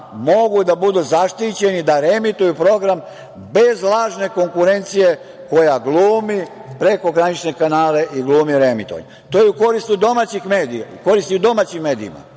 mogu da budu zaštićeni da reemituju program bez lažne konkurencije koja glumi prekogranične kanale i glumi reemitovanje. To je u korist domaćih medija,